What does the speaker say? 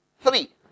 three